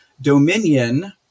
Dominion